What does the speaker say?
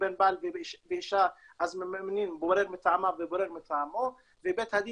בין בעל ואישה אז ממנים בורר מטעמה ובורר מטעמו ובית הדין